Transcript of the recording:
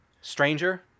Stranger